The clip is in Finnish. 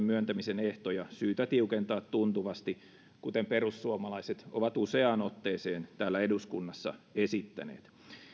myöntämisen ehtoja syytä tiukentaa tuntuvasti kuten perussuomalaiset ovat useaan otteeseen täällä eduskunnassa esittäneet